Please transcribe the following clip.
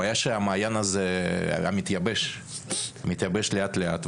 הבעיה שהמעיין הזה מתייבש לאט לאט,